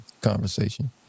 conversation